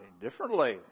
differently